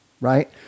right